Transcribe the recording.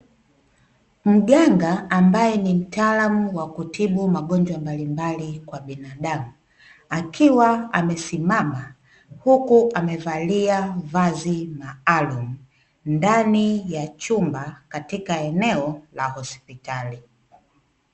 Mganga ambaye ni mtaalamu wa kutibu magonjwa mbalimbali kwa binadamu, akiwa amesimama huku amevalia vazi maalumu, ndani ya chumba katika eneo la hospitali.